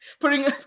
putting